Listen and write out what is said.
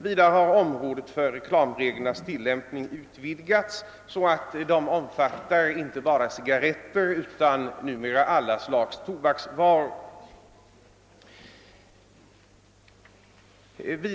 Vidare har området för reklamreglernas tillämpning utvidgats så att de omfattar inte bara cigarretter utan numera alla slags tobaksvaror.